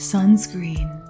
Sunscreen